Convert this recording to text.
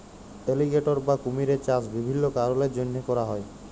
alligator বা কুমিরের চাষ বিভিল্ল্য কারলের জ্যনহে ক্যরা হ্যয়